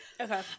okay